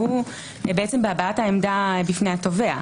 בהבעת העמדה בפני התובע.